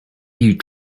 you